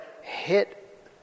hit